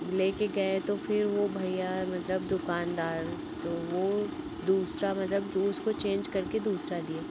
लेकर गए तो फिर वह भैया मतलब दुकानदार तो वह दूसरा मतलब जो उसको चेंज करके दूसरा दिए